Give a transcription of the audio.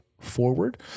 forward